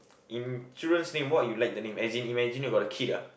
in children's name what you like the name as in imagine you got a kid ah